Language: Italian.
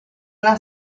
una